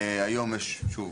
שוב,